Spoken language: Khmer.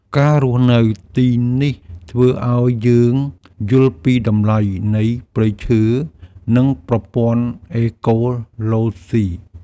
ការរស់នៅទីនេះធ្វើឱ្យយើងយល់ពីតម្លៃនៃព្រៃឈើ និងប្រព័ន្ធអេកូឡូស៊ី។